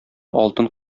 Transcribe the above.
алтын